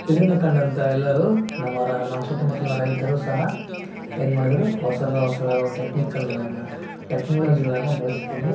ಇದನ್ನು ಕಂಡಂಥ ಎಲ್ಲರೂ ನಮ್ಮ ರಾ ನಮ್ಮ ಸುತ್ತುಮುತ್ತಲಿನ ರೈತರು ಸಹ ಏನು ಮಾಡಿದರು ಹೊಸದ ಹೊಸದಾದ ಒಂದು ಟೆಕ್ನಿಕಲ್ಗಳನ್ನು ಟೆಕ್ನಾಲಜಿಗಳನ್ನು ಬಳಸಿಕೊಂಡು